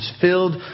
filled